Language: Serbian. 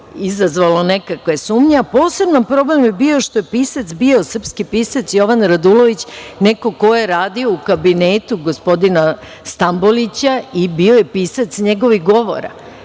izazvalo nekakve sumnje, a poseban problem je bio što je pisac bio, srpski pisac Jovan Radulović, neko ko je radio u Kabinetu gospodina Stambolića i bio je pisac njegovih govora,